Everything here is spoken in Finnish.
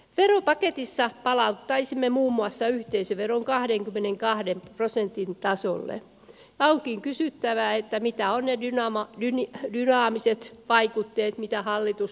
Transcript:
no paketissa palauttaisimme muun muassa yhteisöveron kahdenkymmenenkahden prosentin tasolle abin kysyttävä että mikä on neidin naama kiinni dynaamiset vaikutteet mitä hallitus